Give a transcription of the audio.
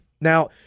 Now